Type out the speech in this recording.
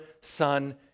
Son